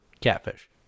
Catfish